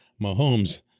Mahomes